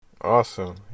Awesome